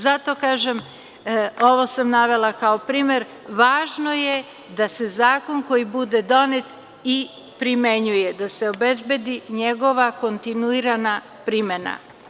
Zato kažem, ovo sam navela kao primer, važno je da se zakon koju bude donet primenjuje, da se obezbedi njegova kontinuirana primena.